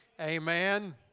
Amen